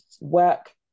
work